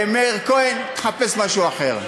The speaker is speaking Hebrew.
מאיר כהן, תחפש משהו אחר.